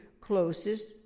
closest